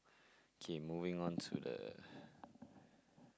okay moving on to the